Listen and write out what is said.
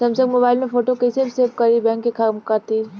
Samsung mobile में photo कैसे save करीं बैंक के काम खातिर?